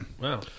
Wow